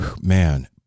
man